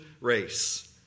race